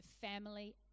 family